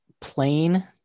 plain